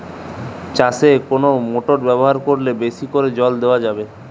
চাষে কোন মোটর ব্যবহার করলে বেশী করে জল দেওয়া যাবে?